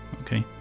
Okay